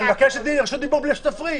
אני מבקש שתתני לי רשות דיבור בלי שתפריעי.